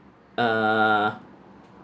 uh